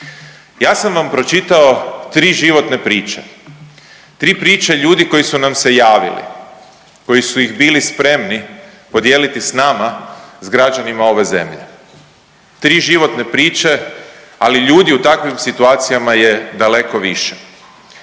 Ja sam vam pročitao tri životne priče, tri priče ljudi koji su nam se javili koji su ih bili spremni podijeliti s nama s građanima ove zemlje. Tri životne priče, ali ljudi u takvim situacijama je daleko više.